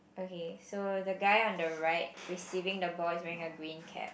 okay so the guy on the right receiving the ball is wearing a green cap